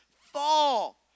fall